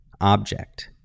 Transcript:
object